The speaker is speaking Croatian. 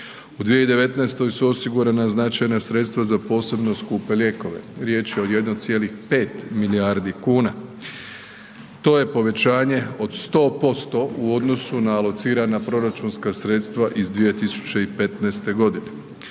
U 2019. su osigurana značajna sredstva za posebno skupe lijekove, riječ je o 1,5 milijardi kuna, to je povećanje od 100% u odnosu na alocirana proračunska sredstva iz 2015.g.